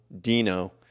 Dino